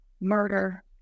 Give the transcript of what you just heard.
murder